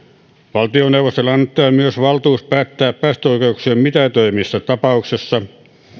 valtioneuvostolle annetaan myös valtuus päättää päästöoikeuksien mitätöinnistä tapauksessa